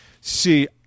see